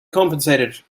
compensated